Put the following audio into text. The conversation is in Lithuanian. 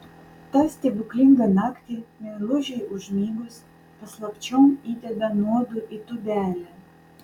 tą stebuklingą naktį meilužei užmigus paslapčiom įdeda nuodų į tūbelę